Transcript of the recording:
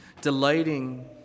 Delighting